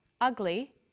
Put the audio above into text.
ugly